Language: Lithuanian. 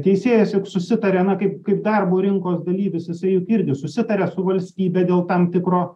teisėjas juk susitaria na kaip kaip darbo rinkos dalyvis jisai juk irgi susitaria su valstybe dėl tam tikro